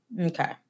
Okay